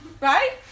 Right